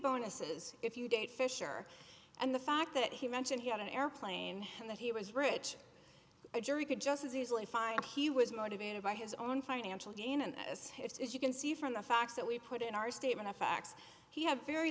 bonuses if you date fisher and the fact that he mentioned he had an airplane and that he was rich a jury could just as easily find he was motivated by his own financial gain and as it is you can see from the facts that we put in our statement of facts he had very